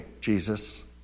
Jesus